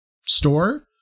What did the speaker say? store